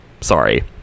sorry